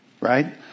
right